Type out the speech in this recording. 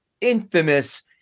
infamous